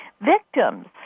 victims